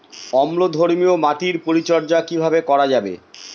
অম্লধর্মীয় মাটির পরিচর্যা কিভাবে করা যাবে?